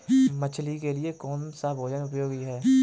मछली के लिए कौन सा भोजन उपयोगी है?